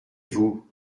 vous